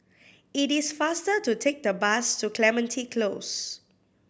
it is faster to take the bus to Clementi Close